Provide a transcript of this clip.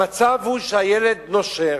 המצב הוא שהילד נושר